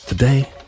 Today